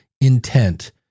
intent